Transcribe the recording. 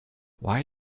why